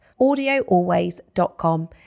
audioalways.com